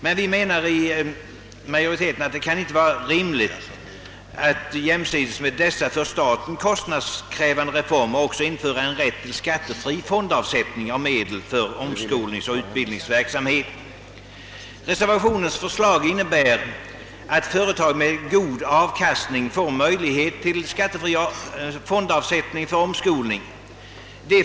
Men majoriteten anser, att det inte kan vara rimligt att jämsides med dessa för staten så kostnadskrävande reformer också införa rätt till skattefri fondavsättning av medel för omskolningsoch utbildningsverksamhet. Reservationens förslag innebär, att företag med god avkastning får möjlighet till skattefri avsättning till fonder för omskolning.